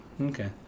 Okay